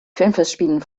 filmfestspielen